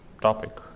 topic